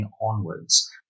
onwards